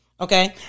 Okay